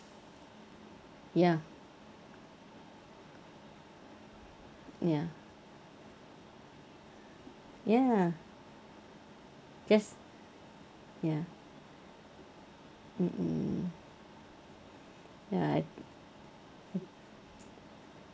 ya ya ya just ya mmhmm but